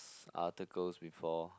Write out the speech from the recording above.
articles before